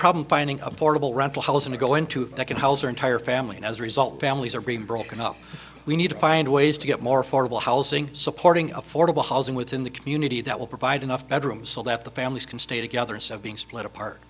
problem finding affordable rental housing to go into that can house or entire family and as a result families are being broken up we need to find ways to get more affordable housing supporting affordable housing within the community that will provide enough bedrooms so that the families can stay together so being split apart